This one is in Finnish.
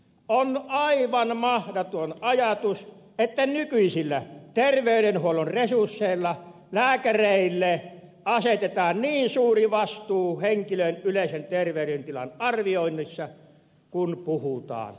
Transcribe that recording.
on aivan mahdoton ajatus että nykyisillä terveydenhuollon resursseilla lääkäreille asetetaan niin suuri vastuu henkilön yleisen terveydentilan arvioinnista kun puhutaan aseluvista